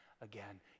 again